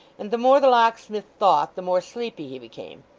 and the more the locksmith thought, the more sleepy he became.